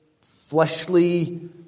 fleshly